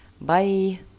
bye